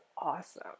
awesome